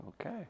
Okay